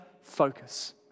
focus